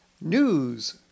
News